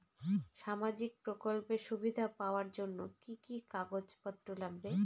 সামাজিক প্রকল্পের সুবিধা পাওয়ার জন্য কি কি কাগজ পত্র লাগবে?